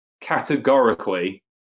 categorically